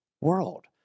world